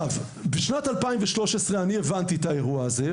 בשנת 2013 הבנתי את הבעיה שבאירוע הזה,